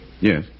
Yes